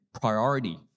priority